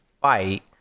fight